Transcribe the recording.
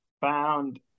found